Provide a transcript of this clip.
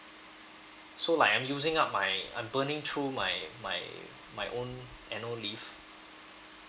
so like I'm using up my I'm burning through my my my own annual leave